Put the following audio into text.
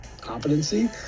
competency